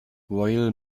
royal